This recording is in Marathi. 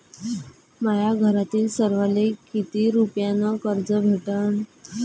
माह्या घरातील सर्वाले किती रुप्यान कर्ज भेटन?